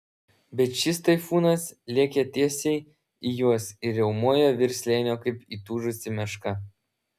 bet šis taifūnas lėkė tiesiai į juos ir riaumojo virš slėnio kaip įtūžusi meška